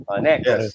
Next